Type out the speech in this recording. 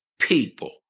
people